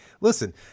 Listen—